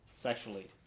sexually